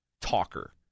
talker